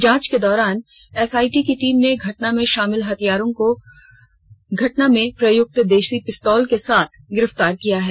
जांच के दौरान एसआईटी की टीम ने घटना में शामिल हत्यारों को घटना में प्रयुक्त देशी पिस्तौल के साथ गिरफ्तार किया है